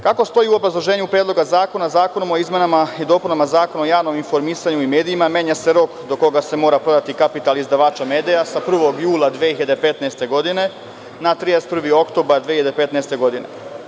Kako stoji u obrazloženju Predloga zakona o izmenama i dopunama Zakona o javnom informisanju i medijima, menja se rok do koga se mora kapital izdavača medija sa 1. jula 2015. godine na 31. oktobar 2015. godine.